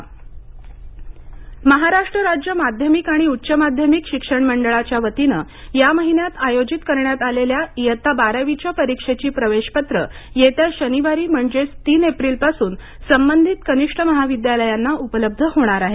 बारावी प्रवेश पत्रे महाराष्ट्र राज्य माध्यमिक आणि उच्च माध्यमिक शिक्षण मंडळाच्या वतीनं या महिन्यात आयोजित करण्यात आलेल्या इयत्ता बारावीच्या परीक्षेची प्रवेशपत्रं येत्या शनिवारी म्हणजेच तीन एप्रिलपासून संबधित कनिष्ठ महाविद्यालयांना उपलब्ध होणार आहेत